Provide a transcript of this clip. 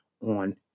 on